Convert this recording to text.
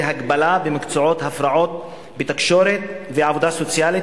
והגבלה במקצועות הפרעות בתקשורת ועבודה סוציאלית,